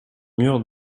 mur